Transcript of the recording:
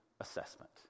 assessment